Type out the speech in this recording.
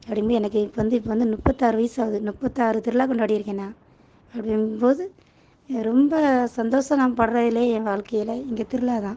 அப்படிங்கும் போது எனக்கு இப்போ வந்து இப்போ வந்து முப்பத்தாறு வயது ஆகுது முப்பத்தாறு திருவிழா கொண்டாடியிருக்கேன் நான் அப்படிங்கும்போது ரொம்ப சந்தோஷம் நான் பட்றதுலேயே என் வாழ்க்கைல இந்த திருவிழா தான்